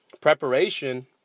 preparation